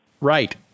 Right